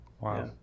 Wow